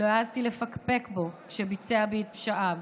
לא העזתי לפקפק בו, כשביצע בי את פשעיו.